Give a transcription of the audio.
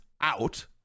out